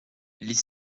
les